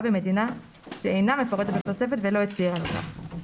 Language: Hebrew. במדינה שאינה מפורטת בתוספת ולא הצהיר על כך"."